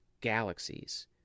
galaxies